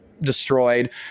destroyed